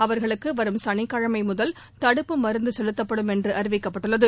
அவர்களுக்குவரும் சனிக்கிழமைமுதல் தடுப்பு மருந்துசெலுத்தப்படும் என்றுஅறிவிக்கப்பட்டுள்ளது